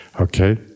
Okay